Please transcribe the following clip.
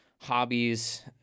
hobbies